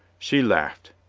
she laughed.